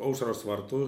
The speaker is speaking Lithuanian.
aušros vartų